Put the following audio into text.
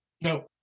No